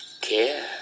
care